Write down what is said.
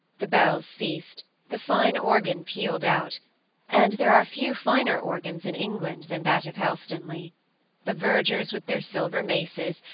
the bells ceased the fine organ pealed out and there are few finer organs in england than that of helstonleigh the vergers with their silver maces,